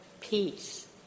peace